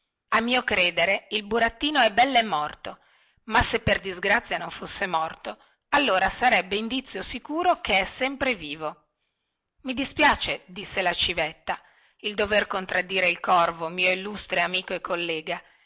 a mio credere il burattino è belle morto ma se per disgrazia non fosse morto allora sarebbe indizio sicuro che è sempre vivo i dispiace disse la civetta di dover contraddire il corvo mio illustre amico e collega